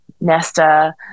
nesta